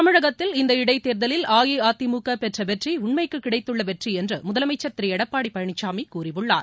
தமிழகத்தில் இந்த இடைத் தேர்தலில் அஇஅதிமுக பெற்ற வெற்றி உண்மைக்கு கிடைத்துள்ள வெற்றி என்று முதலமைச்சர் திரு எடப்பாடி பழனிசாமி கூறியுள்ளார்